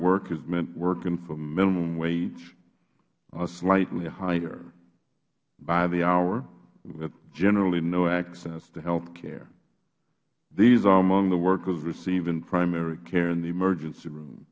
work has meant working for minimum wage or slightly higher by the hour with generally no access to health care these are among the workers receiving primary care in the emergency room